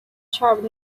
sharp